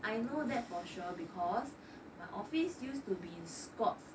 I know that for sure because my office used to be in scotts